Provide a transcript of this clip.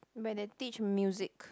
where they teach music